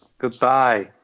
Goodbye